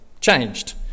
changed